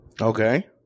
Okay